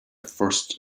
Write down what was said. first